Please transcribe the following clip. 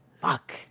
Fuck